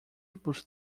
por